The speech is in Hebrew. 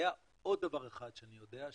היה עוד דבר אחד שאני יודע,